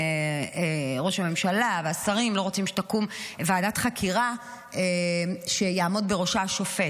ראש הממשלה והשרים לא רוצים שתקום ועדת חקירה שיעמוד בראשה שופט.